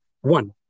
one